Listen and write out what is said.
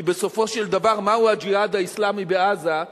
כי בסופו של דבר מהו "הג'יהאד האסלאמי" בעזה,